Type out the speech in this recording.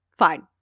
Fine